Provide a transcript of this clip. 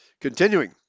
Continuing